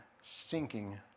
sinking